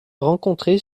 rencontrer